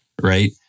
Right